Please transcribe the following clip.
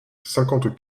cinquante